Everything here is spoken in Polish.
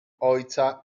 ojca